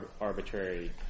arbitrary